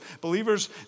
believers